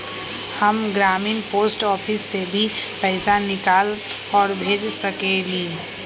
हम ग्रामीण post office से भी पैसा निकाल और भेज सकेली?